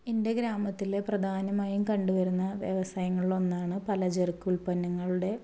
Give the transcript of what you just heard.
എൻ്റെ ഗ്രാമത്തില് പ്രധാനമായും കണ്ടുവരുന്ന വ്യവസായങ്ങളിൽ ഒന്നാണ് പലചരക്ക് ഉൽപ്പനങ്ങളുടെ